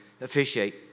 officiate